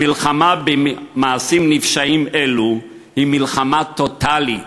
המלחמה במעשים נפשעים אלו היא מלחמה טוטלית,